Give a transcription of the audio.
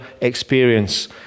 experience